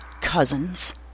cousins